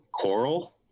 coral